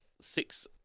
six